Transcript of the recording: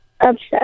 Upset